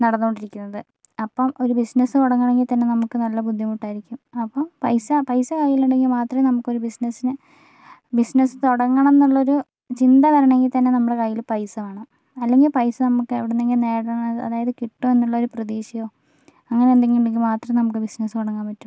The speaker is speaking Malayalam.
നടന്നോണ്ടിയിരിക്കുന്നത് അപ്പോൾ ഒരു ബിസിനെസ്സ് തുടങ്ങണെങ്കിത്തന്നെ നല്ല ബുദ്ധിമുട്ട് ആയിരിക്കും അപ്പോൾ പൈസ പൈസ കയ്യിലുണ്ടെങ്കിൽ മാത്രമേ നമുക്കൊരു ബിസിനസ്സിന് ബിസിനെസ് തുടങ്ങണംന്നുള്ളൊരു ചിന്ത വരണെങ്കിൽ തന്നെ നമ്മുടെ കയ്യിൽ പൈസ വേണം അല്ലെങ്കിൽ പൈസ നമുക്ക് എവിടെന്നെങ്കിലും നേടണത് അതായത് കിട്ടുമെന്നുള്ളൊരു പ്രതീക്ഷയോ അങ്ങനെന്തെങ്കിലുണ്ടെങ്കി മാത്രേ നമുക്ക് ബിസിനസ്സ് തുടങ്ങാൻ പറ്റുളളൂ